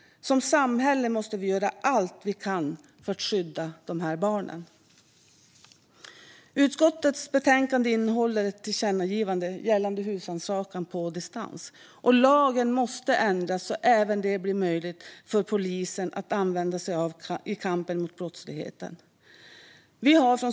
Som samhälle måste vi göra allt vi kan för att skydda dessa barn. Utskottets betänkande innehåller ett tillkännagivande gällande husrannsakan på distans. Lagen måste ändras så att det blir möjligt för polisen att även använda sig av detta i kampen mot brottsligheten.